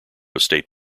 state